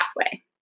pathway